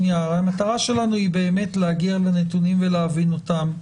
הרי המטרה שלנו היא באמת להגיע לנתונים ולהבין אותם.